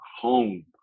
home